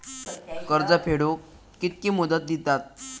कर्ज फेडूक कित्की मुदत दितात?